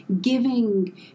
giving